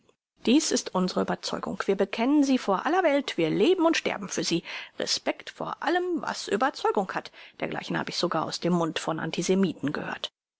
dies ist unsre überzeugung wir bekennen sie vor aller welt wir leben und sterben für sie respekt vor allem was überzeugungen hat dergleichen habe ich sogar aus dem mund von antisemiten gehört